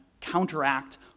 counteract